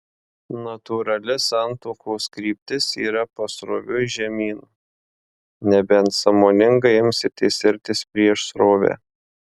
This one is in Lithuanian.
natūrali santuokos kryptis yra pasroviui žemyn nebent sąmoningai imsitės irtis prieš srovę